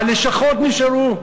הלשכות נשארו,